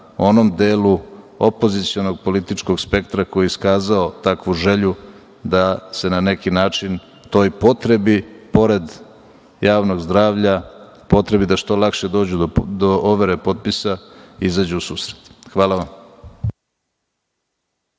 onom delu opozicionog političkog spektra koji je iskazao takvu želju da se na neki način toj potrebi, pored javnog zdravlja, potrebi da što lakše dođu do overe potpisa, izađu u susret. Hvala vam.